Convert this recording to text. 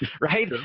right